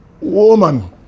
woman